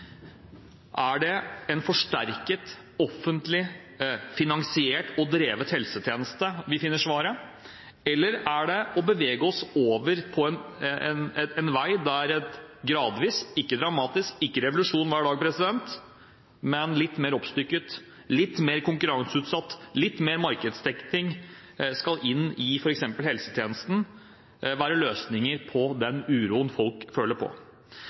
det i en forsterket offentlig finansiert og drevet helsetjeneste vi finner svaret? Eller vil det å bevege seg over på en vei med en gradvis – ikke dramatisk, ikke med revolusjon hver dag, men med litt mer oppstykking – konkurranseutsetting, litt mer markedsdekning i f.eks. helsetjenesten, være løsningen på den uro folk føler på?